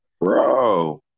bro